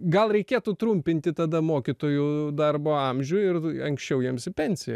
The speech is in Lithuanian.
gal reikėtų trumpinti tada mokytojų darbo amžių ir anksčiau jiems į pensiją